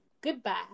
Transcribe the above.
goodbye